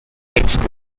expo